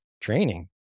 training